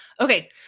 okay